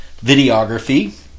videography